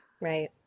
Right